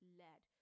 led